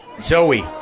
Zoe